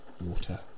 Water